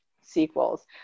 sequels